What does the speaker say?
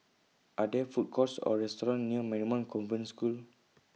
Are There Food Courts Or restaurants near Marymount Convent School